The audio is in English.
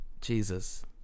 jesus